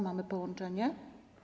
Mamy połączenie?